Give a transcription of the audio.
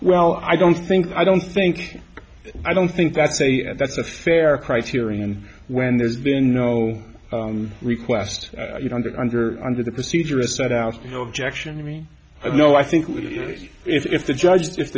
well i don't think i don't think i don't think that's a that's a fair criterion when there's been no request under under under the procedure a set out objection to me i know i think if the judge if